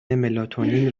ملاتونین